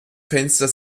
fenster